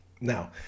Now